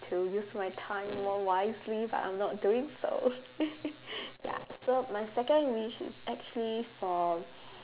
to use my time more wisely but I'm not doing so ya so my second wish is actually for